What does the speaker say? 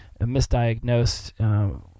misdiagnosed